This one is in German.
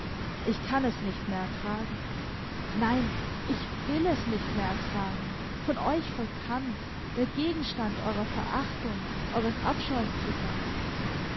ich kann es nicht mehr ertragen nein ich will es nicht mehr ertragen von euch verkannt der gegenstand eurer verachtung eures abscheus zu sein